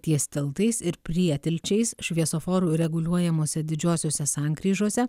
ties tiltais ir prietilčiais šviesoforų reguliuojamose didžiosiose sankryžose